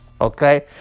okay